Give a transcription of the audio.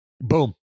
Boom